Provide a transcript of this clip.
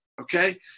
okay